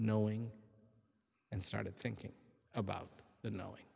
knowing and started thinking about the knowing